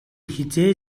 хэзээ